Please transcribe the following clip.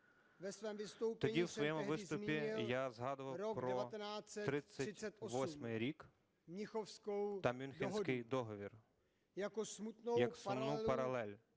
Тоді у своєму виступі я згадував про 38-й рік та Мюнхенський договір як сумну паралель